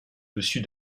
dessus